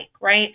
right